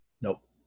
Nope